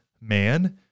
man